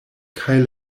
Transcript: kaj